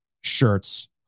shirts